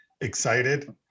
excited